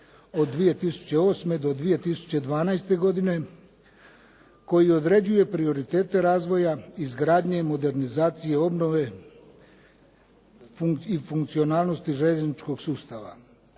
2008.-2012. godine koji određuje prioritete razvoja, izgradnje, modernizacije, obnove i funkcionalnosti željezničkog sustava.